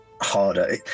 harder